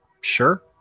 Sure